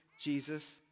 Jesus